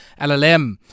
LLM